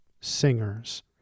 singers